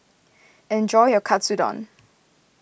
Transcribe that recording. enjoy your Katsudon